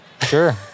Sure